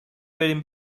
بریم